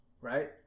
right